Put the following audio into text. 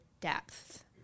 depth